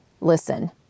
listen